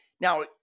now